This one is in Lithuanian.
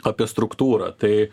apie struktūrą tai